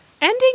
ending